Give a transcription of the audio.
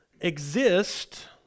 exist